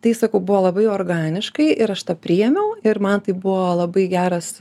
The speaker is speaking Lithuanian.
tai sakau buvo labai organiškai ir aš tą priėmiau ir man tai buvo labai geras